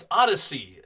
odyssey